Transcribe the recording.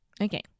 okay